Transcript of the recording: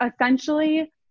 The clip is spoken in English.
Essentially